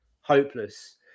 Hopeless